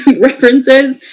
references